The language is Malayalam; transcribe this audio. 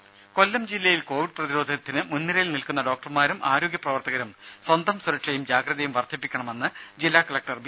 രുദ കൊല്ലം ജില്ലയിൽ കോവിഡ് പ്രതിരോധത്തിന് മുൻനിരയിൽ നിൽക്കുന്ന ഡോക്ടർമാരും ആരോഗ്യ പ്രവർത്തകരും സ്വന്തം സുരക്ഷയും ജാഗ്രതയും വർധിപ്പിക്കണമെന്ന് ജില്ലാ കലക്ടർ ബി